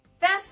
Fast